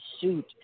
suit